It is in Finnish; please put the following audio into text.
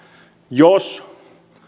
jos